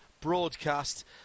broadcast